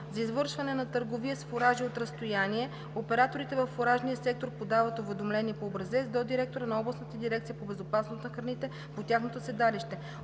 За извършване на търговия с фуражи от разстояние операторите във фуражния сектор подават уведомление по образец до директора на областната дирекция по безопасност на храните по тяхното седалище.